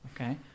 Okay